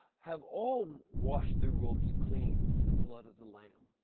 have all washed the robes clean in the blood of the lamb.